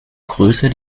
größer